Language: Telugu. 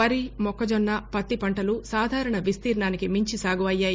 వరి మొక్కజొన్న పత్తి పంటలు సాధారణ విస్తీర్ణానికి మించి సాగు అయ్యాయి